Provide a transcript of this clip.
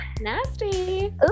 Nasty